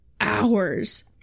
hours